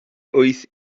wyth